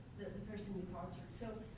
the person you torture. so